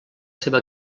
seva